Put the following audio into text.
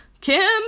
Kim